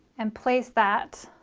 and place that